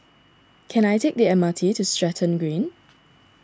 can I take the M R T to Stratton Green